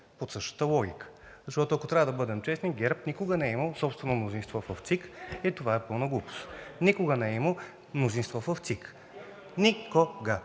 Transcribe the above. Защото, ако трябва да бъдем честни, ГЕРБ никога не е имал собствено мнозинство в ЦИК и това е пълна глупост. Никога не е имал мнозинство в ЦИК!